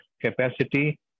capacity